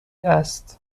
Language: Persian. است